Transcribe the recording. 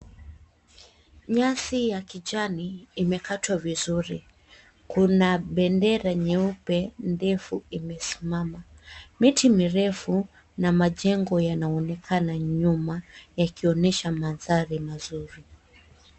Nyasi ya kijani imekatwa vizuri. Kuna bendera nyeupe ndefu imesimama. Miti mirefu na majengo yanaonekana nyuma yakionesha mandhari mazuri.